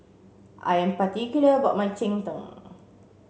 I am particular about my Cheng Tng